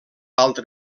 altra